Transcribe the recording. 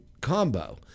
combo